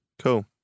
Cool